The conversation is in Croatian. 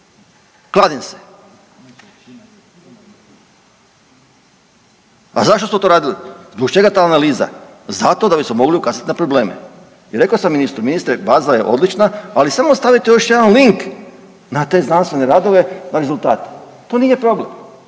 Kladim se. A zašto smo to radili? Zbog čega ta analiza? Zato da bismo mogli ukazati na probleme. I rekao sam ministre, ministre baza je odlična, ali samo stavite još jedan link na te znanstvene radove, na rezultate. To nije problem,